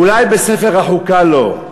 אולי בספר החוקה לא,